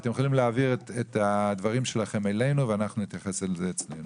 אתם יכולים להעביר את הדברים שלכם אלינו ואנחנו נתייחס לזה אצלנו.